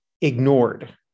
ignored